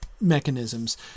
mechanisms